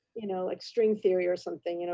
you know like string theory or something, you know